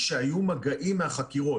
שהיו מגעים מהחקירות,